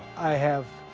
i have